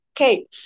Okay